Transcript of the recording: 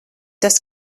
das